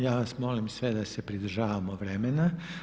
Ja vas molim sve da se pridržavamo vremena.